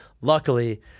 luckily